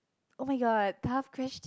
oh-my-god tough questi~